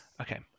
Okay